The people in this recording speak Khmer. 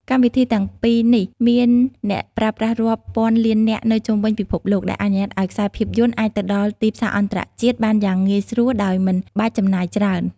កម្មវិធីទាំងពីរនេះមានអ្នកប្រើប្រាស់រាប់ពាន់លាននាក់នៅជុំវិញពិភពលោក ដែលអនុញ្ញាតឱ្យខ្សែភាពយន្តអាចទៅដល់ទីផ្សារអន្តរជាតិបានយ៉ាងងាយស្រួលដោយមិនបាច់ចំណាយច្រើន។